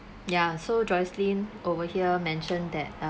ya so joycelyn over here mentioned that